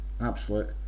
absolute